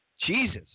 Jesus